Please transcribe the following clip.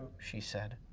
she said,